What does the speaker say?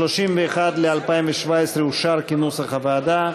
סעיף 31 ל-2017 אושר כנוסח הוועדה.